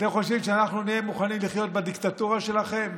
אתם חושבים שאנחנו נהיה מוכנים לחיות בדיקטטורה שלכם?